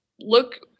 look